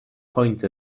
point